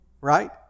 Right